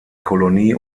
kolonie